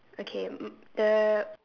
okay um uh